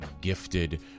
gifted